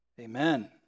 Amen